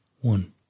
one